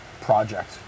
project